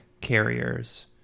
carriers